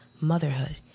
motherhood